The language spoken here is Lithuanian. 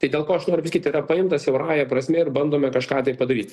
tai dėl ko aš noriu visgi tai yra paimta siaurąja prasme ir bandome kažką padaryt